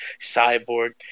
Cyborg